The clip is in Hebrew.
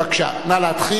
בבקשה, נא להתחיל.